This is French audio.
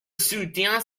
soutiens